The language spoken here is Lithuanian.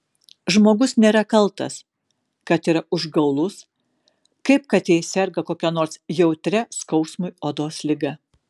žmogus nėra kaltas kad yra užgaulus kaip kad jei serga kokia nors jautria skausmui odos liga